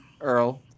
Earl